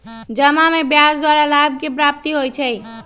जमा में ब्याज द्वारा लाभ के प्राप्ति होइ छइ